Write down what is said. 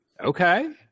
Okay